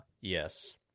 yes